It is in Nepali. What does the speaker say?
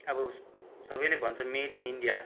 अब सबैले भन्छ मेड इन इन्डिया